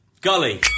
Gully